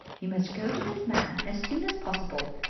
you must go to this man as soon as possible,